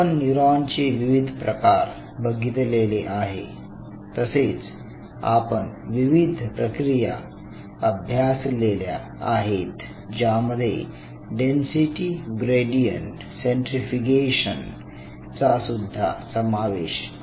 आपण न्यूरॉनचे विविध प्रकार बघितलेले आहे तसेच आपण विविध प्रक्रिया अभ्यासलेल्या आहेत ज्यामध्ये डेन्सिटी ग्रेडियंट सेंन्ट्रीफिगेशन चा सुद्धा समावेश आहे